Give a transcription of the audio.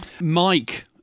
Mike